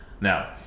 Now